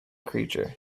creature